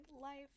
life